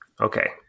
Okay